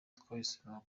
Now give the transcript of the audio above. twahisemo